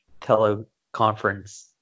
teleconference